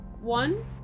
One